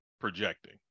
projecting